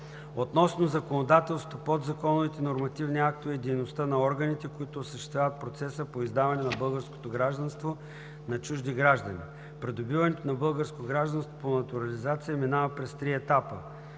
Относно законодателството, подзаконовите нормативни актове и дейността на органите, които осъществяват процеса по издаване на българско гражданство на чужди граждани. Придобиването на българско гражданство по натурализация минава през три етапа: